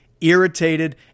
irritated